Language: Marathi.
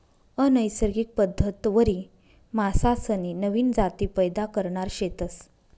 अनैसर्गिक पद्धतवरी मासासनी नवीन जाती पैदा करणार शेतस